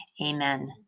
Amen